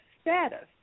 status